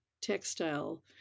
textile